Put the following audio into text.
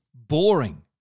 boring